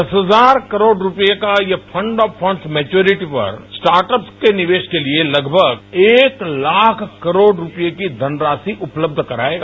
दस हजार करोड़ रूपये का यह fund of funds maturity works startup के निवेश के लिए लगभग एक लाख करोड़ रूपये की धनराशि उपलब्ध कराएगा